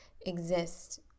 exist